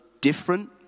different